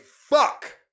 fuck